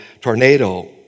tornado